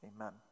amen